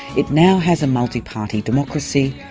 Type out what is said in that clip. it now has a multi-party democracy,